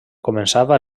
començava